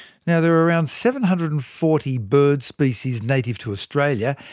now there are around seven hundred and forty bird species native to australia,